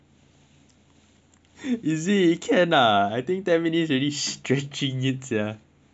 is it can ah I think ten minutes really stretching it sia